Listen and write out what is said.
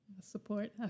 support